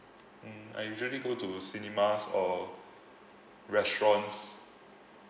mm I usually go to cinemas or restaurants